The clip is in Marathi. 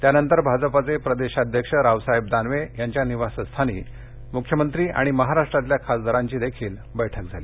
त्यानंतर भाजपाचे प्रदेशाध्यक्ष रावसाहेब दानवे यांच्या निवासस्थानी मुख्यमंत्री आणि महाराष्ट्रातल्या खासदारांची बैठक झाली